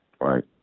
right